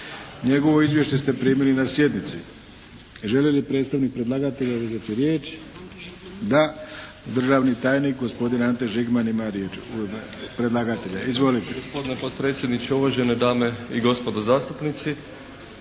Njegovo izvješće ste primili na sjednici. Želi li predstavnik predlagatelja uzeti riječ? Da. Državni tajnik gospodin Ante Žigman ima riječ u ime predlagatelja. Izvolite. **Žigman, Ante** potpredsjedniče, uvažene dame i gospodo zastupnici.